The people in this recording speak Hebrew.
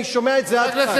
אני שומע את זה עד כאן.